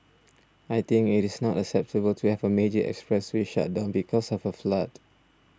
I think it is not acceptable to have a major expressway shut down because of a flood